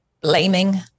blaming